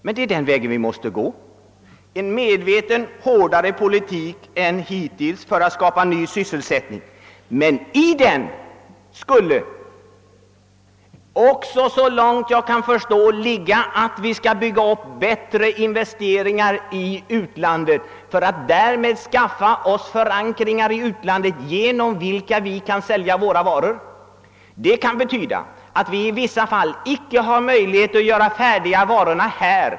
Men det är den vägen vi måste gå — en medveten, hårdare politik än hittills för att skapa ny sysselsättning. Men i denna politik skulle också, såvitt jag kan förstå, ligga att vi skall bygga upp bättre investeringar i utlandet för att därmed skaffa oss förankringar i utlandet, genom vilka vi kan sälja våra varor. Det kan betyda, att vi i vissa fall icke har möjlighet att göra varorna fär diga här.